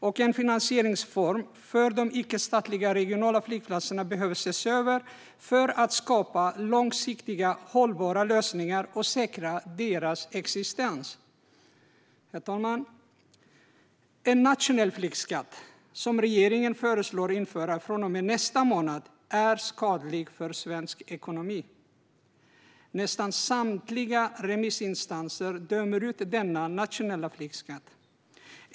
Och en finansieringsform för de icke-statliga regionala flygplatserna behöver ses över för att skapa långsiktigt hållbara lösningar och säkra deras existens. Herr talman! En nationell flygskatt, som regeringen föreslår att man ska införa från och med nästa månad, är skadlig för svensk ekonomi. Nästan samtliga remissinstanser dömer ut denna nationella flygskatt.